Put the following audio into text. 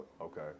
Okay